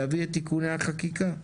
להביא את תיקוני החקיקה.